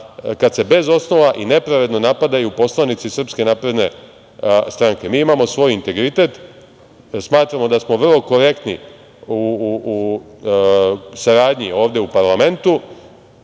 kada se bez osnova i nepravedno napadaju poslanici SNS. Mi imamo svoj integritet. Smatramo da smo vrlo korektni u saradnji ovde u parlamentu.